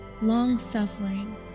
long-suffering